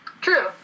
True